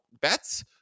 bets